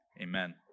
Amen